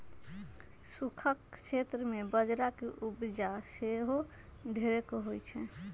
सूखक क्षेत्र में बजरा के उपजा सेहो ढेरेक होइ छइ